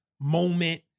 moment